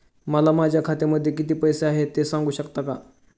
मला माझ्या खात्यामध्ये किती पैसे आहेत ते सांगू शकता का?